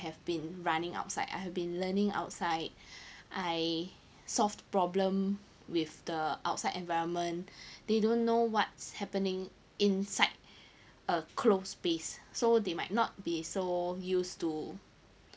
have been running outside I have been learning outside I solved problem with the outside environment they don't know what's happening inside a close space so they might not be so used to